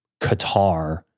Qatar